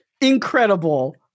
Incredible